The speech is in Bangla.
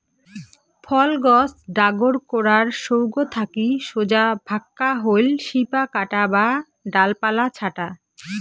ফল গছ ডাগর করার সৌগ থাকি সোজা ভাক্কা হইল শিপা কাটা বা ডালপালা ছাঁটা